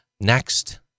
Next